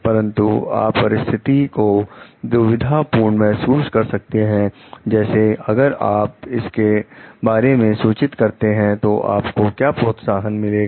परंतु आप परिस्थिति को दुविधा पूर्ण महसूस कर सकते हैं जैसे अगर आप इसके बारे में सूचित करते हैं तो आपको क्या प्रोत्साहन मिलेगा